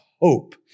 hope